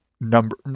number